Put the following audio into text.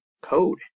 code